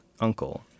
uncle